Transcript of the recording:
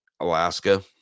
Alaska